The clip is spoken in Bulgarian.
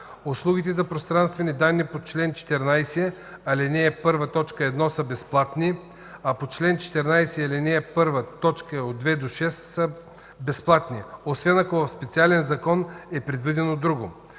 Услугите за пространствени данни по чл. 14, ал. 1, т. 1 са безплатни, а по чл. 14, ал. 1, т. 2-6 са безплатни, освен ако в специален закон е предвидено друго.